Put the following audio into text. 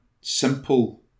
simple